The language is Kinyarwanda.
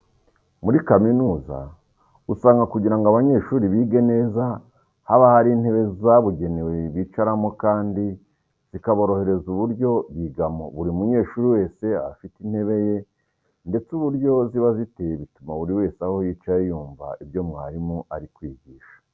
Muri kaminuza usanga kugira ngo abanyeshuri bige neza haba hari intebe zabugenewe bicaramo kandi zikaborohereza uburyo bigamo. Buri munyeshuri wese aba afite intebe ye ndetse uburyo ziba ziteye bituma buri wese aho yicaye yumva ibyo mwarimu ari kwigisha.